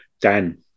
Dan